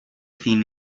thin